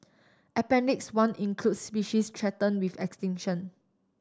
appendix one includes species threaten with extinction